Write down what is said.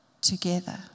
together